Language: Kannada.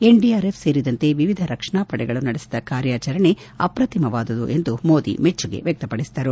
ಎನ್ ಡಿ ಆರ್ ಎಫ್ ಸೇರಿದಂತೆ ವಿವಿಧ ರಕ್ಷಣಾ ತಂಡಗಳು ನಡೆಸಿದ ಕಾರ್ಯಾಚರಣೆ ಅಪ್ರತಿಮವಾದುದು ಎಂದು ಮೋದಿ ಮೆಚ್ಚುಗೆ ವ್ಯಕ್ತಪಡಿಸಿದರು